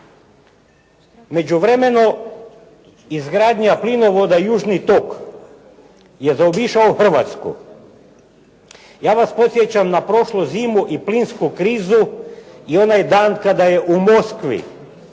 međuvremenu izgradnja plinovoda Južni tok je zaobišao Hrvatsku. Ja vas podsjećam na prošlu zimu i plinsku krizu i onaj dan kada je u Moskvi